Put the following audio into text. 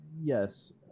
yes